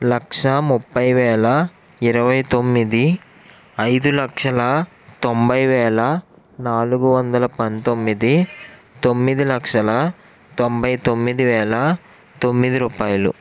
లక్షా ముప్పై వేల ఇరవై తొమ్మిది ఐదు లక్షల తొంభై వేల నాలుగు వందల పంతొమ్మిది తొమ్మిది లక్షల తొంభై తొమ్మిది వేల తొమ్మిది రూపాయలు